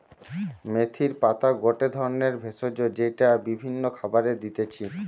মেথির পাতা গটে ধরণের ভেষজ যেইটা বিভিন্ন খাবারে দিতেছি